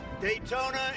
Daytona